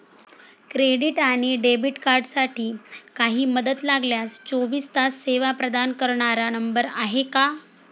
Credit आणि debit कार्डसाठी काही मदत लागल्यास चोवीस तास सेवा प्रदान करणारा नंबर आहे का?